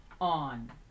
on